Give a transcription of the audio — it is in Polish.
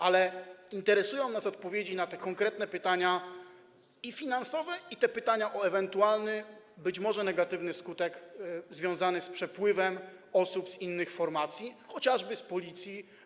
Ale interesują nas odpowiedzi na te konkretne pytania - i pytania o kwestie finansowe, i pytania o ewentualny, być może negatywny, skutek związany z przepływem osób z innych formacji, chociażby z Policji.